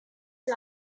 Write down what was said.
del